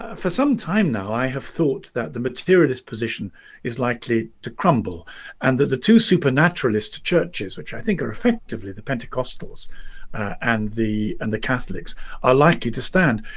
ah for some time now i have thought that the materialist position is likely to crumble and that the two supernaturalists churches which i think are effectively the pentecostals and the and the catholics are likely to stand.